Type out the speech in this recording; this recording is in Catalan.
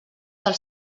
del